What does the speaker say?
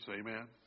Amen